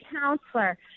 counselor